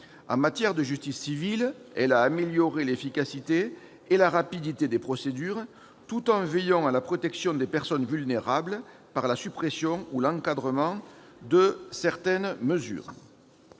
En matière de justice civile, elle a amélioré l'efficacité et la rapidité des procédures tout en veillant à la protection des personnes vulnérables par la suppression ou l'encadrement de certaines mesures.